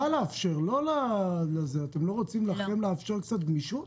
אתם לא רוצים לאפשר לעצמכם קצת גמישות?